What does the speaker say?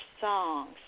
songs